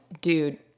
Dude